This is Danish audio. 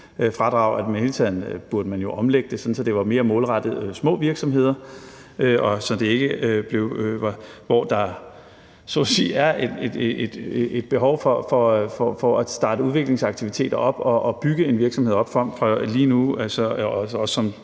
taget omlægge det, så det var mere målrettet små virksomheder, hvor der er et behov for at starte udviklingsaktiviteter op og opbygge en virksomhed, frem